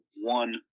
one